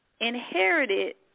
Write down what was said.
inherited